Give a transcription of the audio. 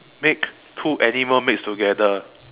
make two animals mix together